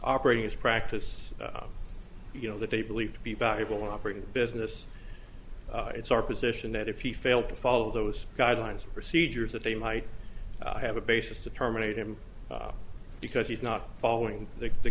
operating as practice you know that they believe to be valuable operating business it's our position that if you fail to follow those guidelines procedures that they might have a basis to terminate him because he's not following the